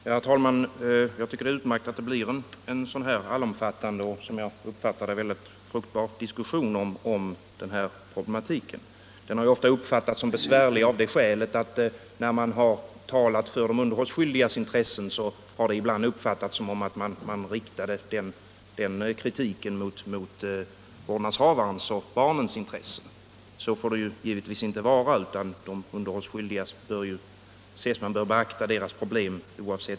Herr talman! Jag tycker det är utmärkt att det blir en sådan här allomfattande och som jag uppfattar det fruktbar diskussion om denna problematik. Den har ofta ansetts som besvärlig av det skälet att när man har talat för de underhållsskyldigas intressen har det ibland uppfattats som att man riktade den kritiken mot vårdnadshavarens och barnens intressen. Så får det givetvis inte vara. Man bör emellertid beakta de underhållsskyldigas problem oavsett detta förhållande.